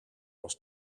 was